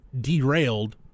derailed